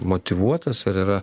motyvuotas ar yra